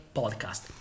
podcast